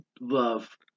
love